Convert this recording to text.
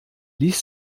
ließ